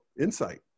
insight